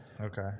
Okay